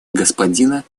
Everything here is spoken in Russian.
господина